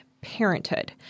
parenthood